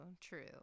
true